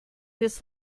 this